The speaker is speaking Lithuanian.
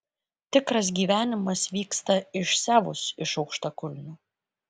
tikras gyvenimas vyksta išsiavus iš aukštakulnių